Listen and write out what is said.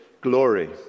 glory